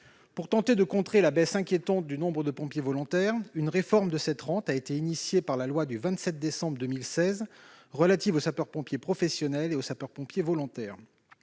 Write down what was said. Pour tenter de contrer la baisse inquiétante du nombre de pompiers volontaires, une réforme de cette rente a été engagée par la loi du 27 décembre 2016 relative aux sapeurs-pompiers professionnels et aux sapeurs-pompiers volontaires.